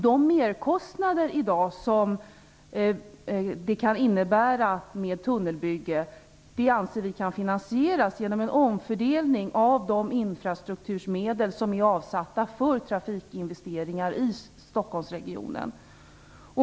De merkostnader som ett tunnelbygge kan innebära i dag anser vi kan finansieras genom en omfördelning av de infrastruktursmedel som är avsatta för trafikinvesteringar i Stockholmsregionen.